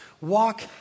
walk